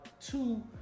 two